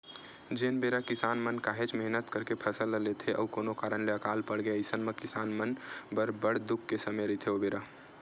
जेन बेरा किसान मन काहेच मेहनत करके फसल ल लेथे अउ कोनो कारन ले अकाल पड़गे अइसन म किसान मन बर बड़ दुख के समे रहिथे ओ बेरा